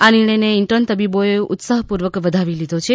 આ નિર્ણયને ઇન્ટર્ન તબીબોએ ઉત્સાહપૂર્વક વધાવી લીધો છે